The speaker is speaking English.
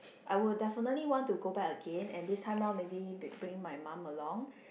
I will definitely want to go back again and this time round maybe bring my mum along